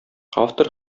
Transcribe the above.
автор